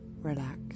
relax